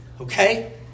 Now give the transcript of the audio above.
Okay